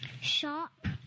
shop